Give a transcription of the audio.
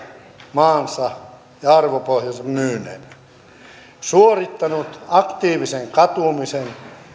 maansa ja arvopohjansa myyneenä suorittanut aktiivisen katumisen